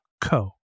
co